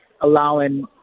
allowing